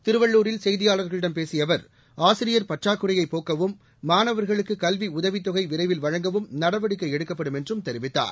திருவள்ளூரில் செய்தியாளர்களிடம் பேசிய அவர் ஆசிரியர் பற்றாக்குறையைப் போக்கவும் மாணவர்களுக்கு கல்வி உதவித் தொகை விரைவில் வழங்கவும் நடவடிக்கை எடுக்கப்படும் என்றும் தெரிவித்தார்